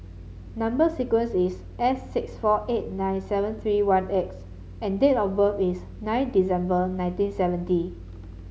number sequence is S six four eight nine seven three one X and date of birth is nine December nineteen seventy